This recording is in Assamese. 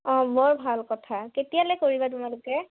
অঁ বৰ ভাল কথা কেতিয়ালৈ কৰিবা তোমালোকে